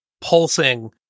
pulsing